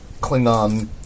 Klingon